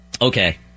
Okay